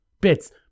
Bits